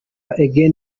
again